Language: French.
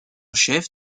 chef